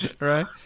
Right